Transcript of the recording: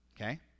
Okay